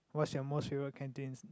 what's your most favorite canteen